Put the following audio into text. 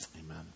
Amen